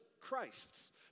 Christs